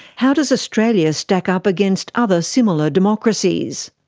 how does australia stack up against other similar democracies?